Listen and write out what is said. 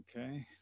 okay